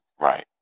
Right